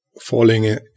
falling